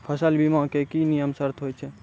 फसल बीमा के की नियम सर्त होय छै?